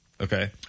Okay